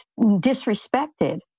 disrespected